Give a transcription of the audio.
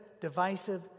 divisive